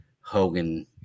Hogan